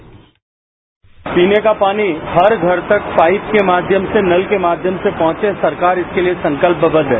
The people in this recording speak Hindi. साउंड बाईट पीने का पानी हर घर तक पाइप के माध्यम से नल के माध्यम से पहुंचे सरकार इसके लिए संकल्पबद्ध है